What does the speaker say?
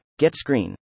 GetScreen